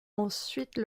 ensuite